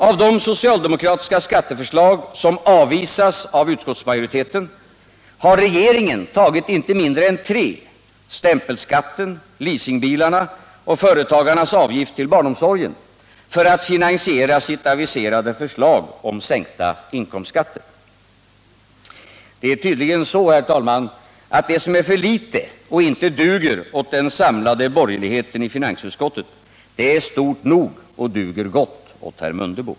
Av de socialdemokratiska skatteförslag som avvisas av utskottsmajoriteten har regeringen tagit inte mindre än tre — stämpelskatten, leasingbilarna och företagarnas avgift till barnomsorgen — för att finansiera sitt aviserade förslag om sänkta inkomstskatter. Det är tydligen så, att det som är för litet och inte duger åt den samlade borgerligheten i finansutskottet, det är stort nog och duger gott åt herr Mundebo.